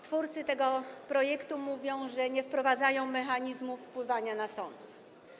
Twórcy tego projektu mówią, że nie wprowadzają mechanizmu wpływania na sądy.